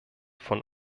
von